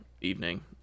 evening